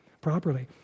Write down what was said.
properly